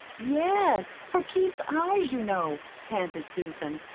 yes for keith's eyes, you know, panted susan.